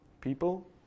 People